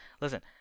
listen